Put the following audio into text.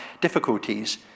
difficulties